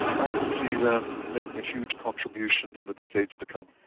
i can see them making a huge contribution in the decades to come.